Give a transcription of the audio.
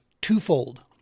twofold